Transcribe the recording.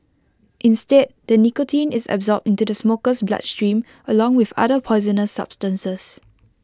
instead the nicotine is absorbed into the smoker's bloodstream along with other poisonous substances